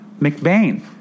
McBain